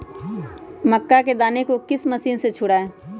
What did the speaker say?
मक्का के दानो को किस मशीन से छुड़ाए?